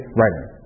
writing